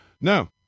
no